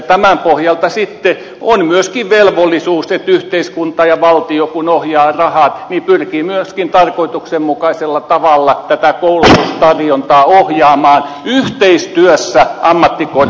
tämän pohjalta sitten on myöskin velvollisuus että kun yhteiskunta ja valtio ohjaavat rahat niin pyritään myöskin tarkoituksenmukaisella tavalla tätä koulutustarjontaa ohjaamaan yhteistyössä ammattikorkeakoulujen kanssa